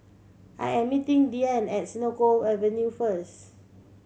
I am meeting Dianne at Senoko Avenue first